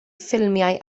ffilmiau